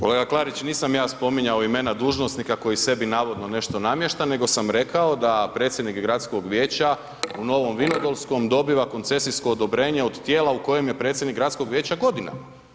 Kolega Klarić, nisam ja spominjao imena dužnosnika koji sebi navodno nešto namješta, nego sam rekao da predsjednik Gradskog vijeća u Novom Vinodolskom dobiva koncesijsko odobrenje od tijela u kojem je predsjednik gradskog vijeća godinama.